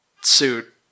suit